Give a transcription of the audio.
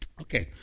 Okay